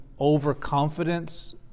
overconfidence